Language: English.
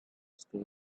stay